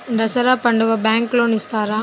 దసరా పండుగ bank loan ఇస్తారా?